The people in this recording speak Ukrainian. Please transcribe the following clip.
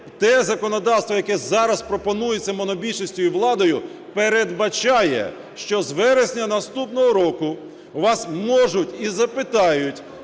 те законодавство, яке зараз пропонується монобільшістю і владою, передбачає, що з вересня наступного року у вас можуть і запитають